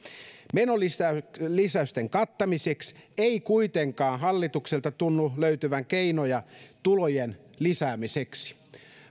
menolisäysten menolisäysten kattamiseksi ei kuitenkaan hallitukselta tunnu löytyvän keinoja tulojen lisäämiseksi